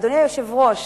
אדוני היושב-ראש,